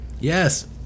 Yes